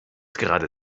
gerade